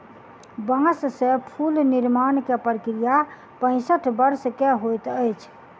बांस से फूल निर्माण के प्रक्रिया पैसठ वर्ष के होइत अछि